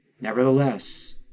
Nevertheless